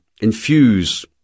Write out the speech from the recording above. infuse